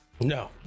No